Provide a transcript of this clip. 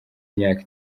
imyaka